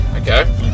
Okay